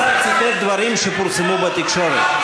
השר ציטט דברים שפורסמו בתקשורת.